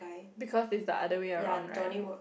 because that is other way around right